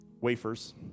wafers